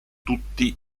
tutti